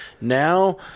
now